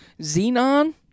Xenon